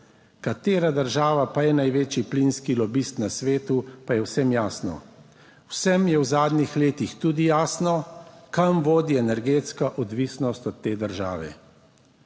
katera država pa je največji plinski lobist na svetu, pa je vsem jasno. Vsem je v zadnjih letih tudi jasno, kam vodi energetska odvisnost od te države.